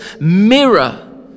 mirror